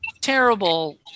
terrible